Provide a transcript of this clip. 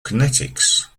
kinetics